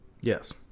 Yes